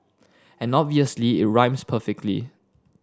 and obviously it rhymes perfectly